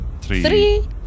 three